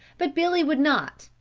but billy would not,